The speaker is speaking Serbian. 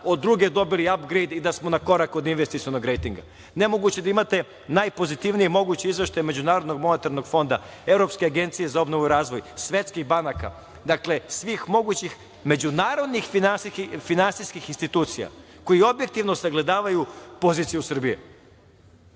od druge dobili apgrejt i da smo na korak od investicionog rejtinga. Nemoguće je da imate najpozitivnije moguće izveštaje od MMF, Evropske agencija za obnovu i razvoj, svetskih banaka. Dakle, svih mogućih međunarodnih finansijskih institucija koje objektivno sagledavaju poziciju Srbije